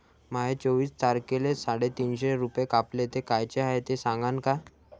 माये चोवीस तारखेले साडेतीनशे रूपे कापले, ते कायचे हाय ते सांगान का?